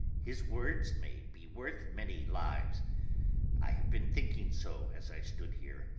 his words may be worth many lives i have been thinking so, as i stood here.